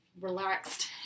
relaxed